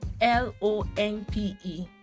l-o-n-p-e